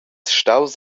staus